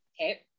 okay